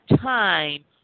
time